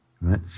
Right